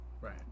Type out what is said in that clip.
Right